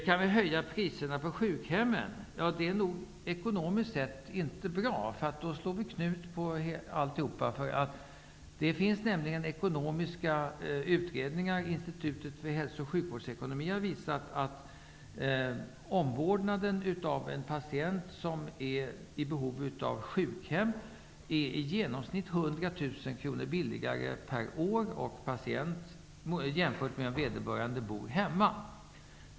Kan vi höja priserna på sjukhemmen? Ekonomiskt sett är det inte bra. Då slår vi knut på alltihop. Institutet för hälso och sjukvårdsekonomi har visat i utredningar att omvårdnaden av en patient som är i behov av vård på sjukhem är i genomsnitt 100 000 kr billigare per år jämfört med om patienten bor hemma.